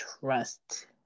trust